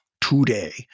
today